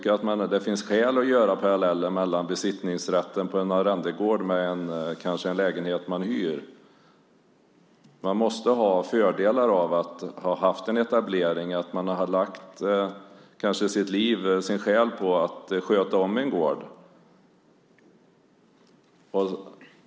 Det finns skäl att dra paralleller mellan besittningsrätten på en arrendegård och en lägenhet som man hyr. Man måste ha fördelar av att ha haft en etablering och att man har lagt sitt liv och sin själ på att sköta en gård.